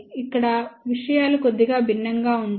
ఇక్కడ విషయాలు కొద్దిగా భిన్నంగా ఉంటాయి